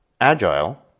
agile